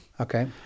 Okay